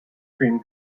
cream